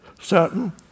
certain